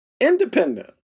independent